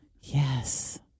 Yes